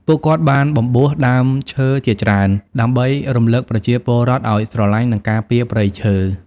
ពួកគាត់បានបំបួសដើមឈើជាច្រើន ដើម្បីរំឭកប្រជាពលរដ្ឋឱ្យស្រលាញ់ និងការពារព្រៃឈើ។